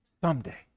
someday